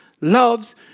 loves